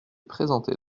présentait